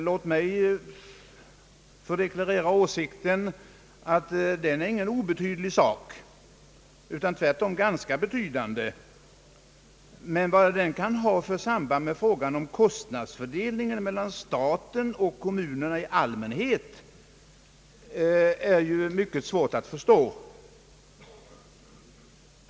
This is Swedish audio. Låt mig få deklarera åsikten att den är ingen obetydlighet utan tvärtom ganska betydande, men vad den kan ha för samband med frågan om kostnadsfördelningen mellan staten och kommunerna i allmänhet är mycket svårt att förstå.